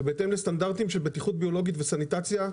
ובהתאם לסטנדרטים של בטיחות ביולוגית וסניטציה,